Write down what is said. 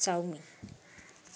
chowmein